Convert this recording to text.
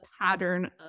pattern